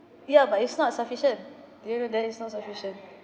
ya but it's not sufficient to you that is not sufficient